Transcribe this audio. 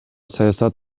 саясат